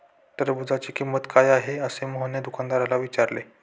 टरबूजाची किंमत काय आहे असे मोहनने दुकानदाराला विचारले?